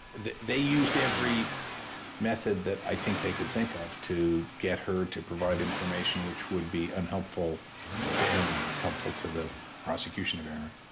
they used every method that i think they could think of to get her to provide information which would be unhelpful to aaron, and helpful to the prosecution of aaron